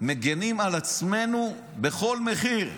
מגינים על עצמנו בכל מחיר.